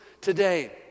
today